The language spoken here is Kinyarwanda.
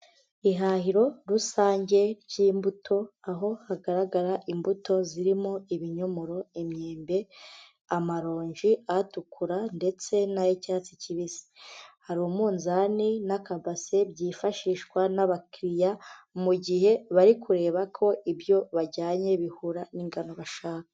Ihahiro rusange ry'imbuto, aho hagaragara imbuto zirimo ibinyomoro, imyembe, amaronji, atukura, ndetse n'ay'icyatsi kibisi, hari umunzani n'akabase byifashishwa n'abakiriya mu gihe bari kureba ko ibyo bajyanye bihura n'ingano bashaka.